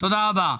תודה רבה.